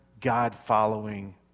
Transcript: God-following